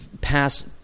past